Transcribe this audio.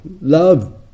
Love